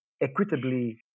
equitably